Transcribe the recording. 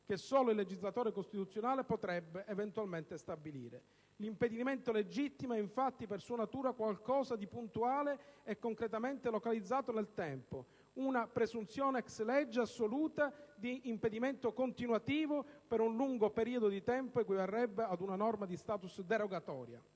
che solo il legislatore costituzionale potrebbe eventualmente stabilire. L'impedimento legittimo è, infatti, per sua natura, qualcosa di puntuale e concretamente localizzato nel tempo: una presunzione *ex lege* assoluta di impedimento "continuativo" per un lungo periodo di tempo equivarrebbe ad una norma di *status* derogatoria,